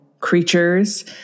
creatures